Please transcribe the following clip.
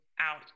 out